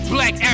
Black